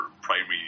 primary